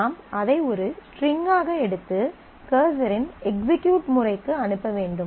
நாம் அதை ஒரு ஸ்ட்ரிங் ஆக எடுத்து கர்சரின் எக்சிகியூட் முறைக்கு அனுப்ப வேண்டும்